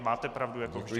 Máte pravdu, jako vždy.